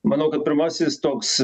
manau kad pirmasis toks